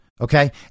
Okay